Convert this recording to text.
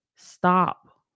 Stop